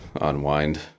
unwind